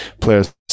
players